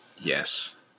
Yes